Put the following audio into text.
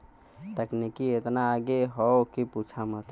तकनीकी एतना आगे हौ कि पूछा मत